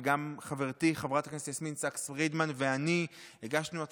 וגם חברתי חברת הכנסת יסמין פרידמן ואני הגשנו,